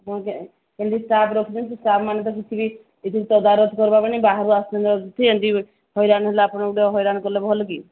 କେମିତି ଷ୍ଟାଫ୍ ରଖିଛନ୍ତି ଷ୍ଟାଫ୍ମାନେେ ତ କିଛି ବି ଏଇଠି ତଦାରଖ କରିବା ପାଇଁ ନାହିଁ ବାହାରକୁ ଆସୁଛନ୍ତି ଏମିତି ହଇରାଣ ହେଲା ଆପଣ ଗୋଟେ ହଇରାଣ କଲେ ଭଲ କି